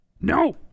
No